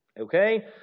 Okay